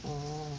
orh